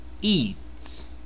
eats